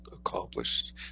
Accomplished